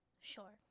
Sure